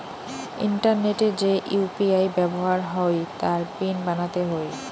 ইন্টারনেটে যে ইউ.পি.আই ব্যাবহার হই তার পিন বানাতে হই